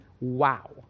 Wow